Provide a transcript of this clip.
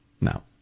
No